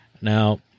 Now